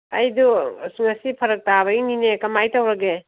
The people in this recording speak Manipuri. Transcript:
ꯑꯩꯗꯨ ꯑꯁ ꯉꯁꯤ ꯐꯔꯛ ꯇꯥꯕꯩꯅꯤꯅꯦ ꯀꯃꯥꯏ ꯇꯧꯔꯒꯦ